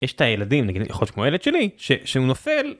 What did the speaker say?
יש את הילדים, נגיד, יכול להיות שכמו הילד שלי, ש-שהוא נופל...